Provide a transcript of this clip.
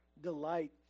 delight